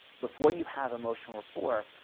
before you have emotional rapport,